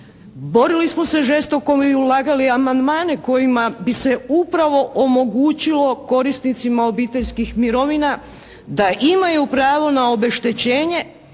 borili smo se žestoko i ulagali amandmane kojima bi se upravo omogućilo korisnicima obiteljskih mirovina da imaju pravo na obeštećenje